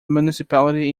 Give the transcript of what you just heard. municipality